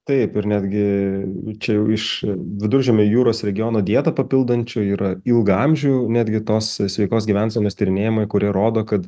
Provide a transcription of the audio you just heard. taip ir netgi čia jau iš viduržemio jūros regiono dietą papildančio yra ilgaamžių netgi tos sveikos gyvensenos tyrinėjimai kurie rodo kad